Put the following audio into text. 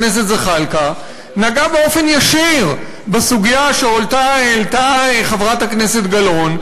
הכנסת ג'מאל זחאלקה נגעה באופן ישיר בסוגיה שהעלתה חברת הכנסת גלאון,